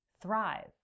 thrive